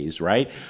right